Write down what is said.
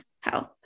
health